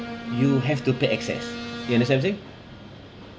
you have to pay excess you understand what I'm saying